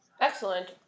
excellent